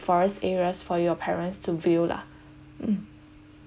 forest areas for your parents to view lah mm